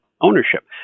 ownership